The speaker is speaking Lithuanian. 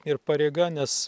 ir pareiga nes